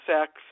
sex